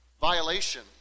violation